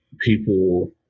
people